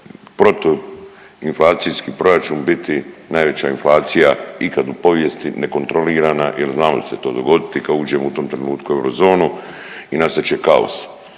protuinflacijski proračun biti najveća inflacija ikad u povijesti nekontrolirana jel znalo se to dogoditi kad uđemo u tom trenutku u eurozonu i nastat će kaos,